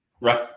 Right